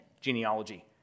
genealogy